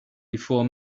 before